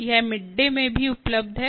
यह मिडडे में भी उपलब्ध है